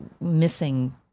missing